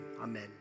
amen